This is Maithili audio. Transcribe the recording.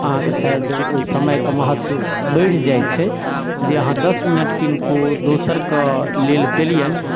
अहाँकेँ शायद ओहि समय कऽ महत्त्व बढ़ि जाइत छै जे अहाँ दश मिनट किनको दोसर कऽ लेल देलिअनि